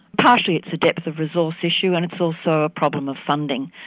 partially it's a depth of resource issue and it's also a problem of funding.